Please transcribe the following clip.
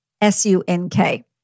S-U-N-K